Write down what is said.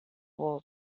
war